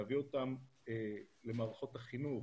להביא אותם למערכות החינוך,